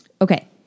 Okay